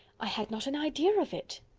i had not an idea of it.